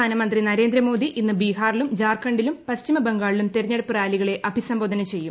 പ്രധാനമന്ത്രി നരേന്ദ്രമോദി ഇന്ന് ബിഹാറിലും ജാർഖണ്ഡിലും പശ്ചിമബംഗാളിലും തിരഞ്ഞെടുപ്പ് റാലികളെ അഭിസംബോധന ചെയ്യും